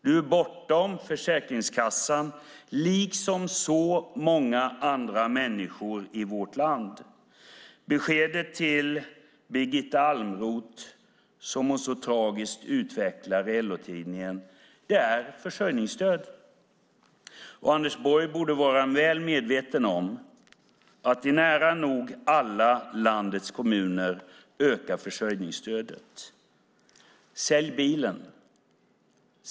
Du är bortom Försäkringskassan, liksom så många andra människor i vårt land. Beskedet till Birgitta Almroth, vilket hon så tragiskt utvecklar i LO-tidningen, är försörjningsstöd. Anders Borg borde vara väl medveten om att försörjningsstödet ökar i nära nog alla landets kommuner. Sälj bilen!